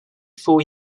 four